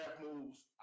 moves